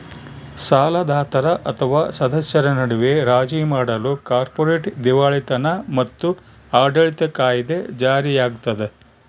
ಸಾಲದಾತರ ಅಥವಾ ಸದಸ್ಯರ ನಡುವೆ ರಾಜಿ ಮಾಡಲು ಕಾರ್ಪೊರೇಟ್ ದಿವಾಳಿತನ ಮತ್ತು ಆಡಳಿತ ಕಾಯಿದೆ ಜಾರಿಯಾಗ್ತದ